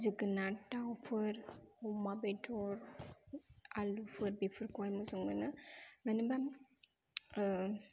जोगोनार दाउफोर अमा बेदर आलुफोर बेफोरखौहाय मोजां मोनो मानो होमब्ला